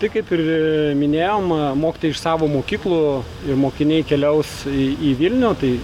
tai kaip ir minėjom mokytojai iš savo mokyklų ir mokiniai keliaus į į vilnių tai